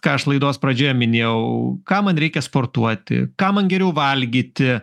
ką aš laidos pradžioje minėjau ką man reikia sportuoti ką man geriau valgyti